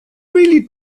really